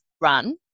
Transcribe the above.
run